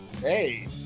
Hey